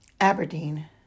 Aberdeen